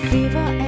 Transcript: Fever